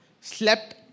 slept